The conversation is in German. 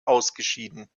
ausgeschieden